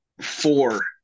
four